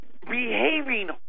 behaving